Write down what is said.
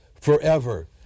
forever